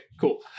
cool